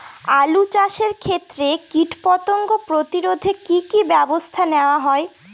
আলু চাষের ক্ষত্রে কীটপতঙ্গ প্রতিরোধে কি কী ব্যবস্থা নেওয়া হয়?